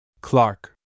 Clark